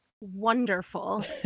wonderful